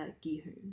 Gi-hoon